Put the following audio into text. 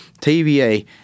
TVA